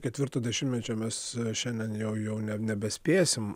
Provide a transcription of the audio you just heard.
ketvirto dešimtmečio mes šiandien jau jau ne nebespėsim